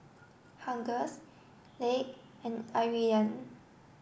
Hughes Leigh and Iridian